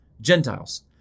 Gentiles